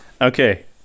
Okay